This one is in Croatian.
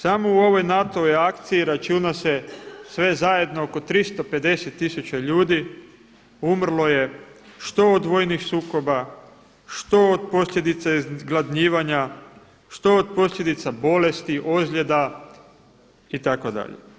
Samo u ovoj NATO-ovoj akciji računa se sve zajedno oko 350 tisuća ljudi umrlo je što od vojnih sukoba, što od posljedica izgladnjivanja, što od posljedica bolesti, ozljeda itd.